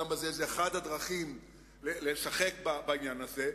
הם אחת הדרכים לשחק בעניין הזה.